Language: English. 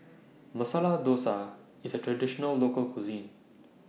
Masala Dosa IS A Traditional Local Cuisine